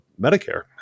Medicare